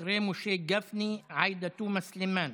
אחרי משה גפני, עאידה תומא סלימאן,